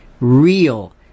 real